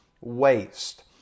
waste